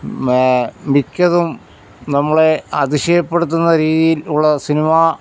may മിക്കതും നമ്മളേ അതിശയപ്പെടുത്തുന്ന രീതിയിൽ ഉള്ള സിനിമാ